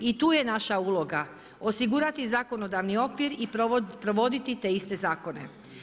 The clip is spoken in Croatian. I tu je naša uloga – osigurati zakonodavni okvir i provoditi te iste zakone.